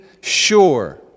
sure